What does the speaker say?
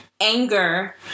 anger